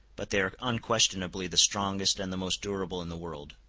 but they are unquestionably the strongest and the most durable in the world.